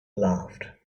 laughed